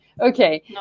Okay